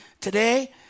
Today